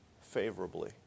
favorably